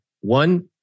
One